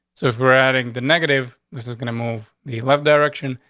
so if we're adding the negative, this is gonna move the left direction,